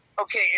okay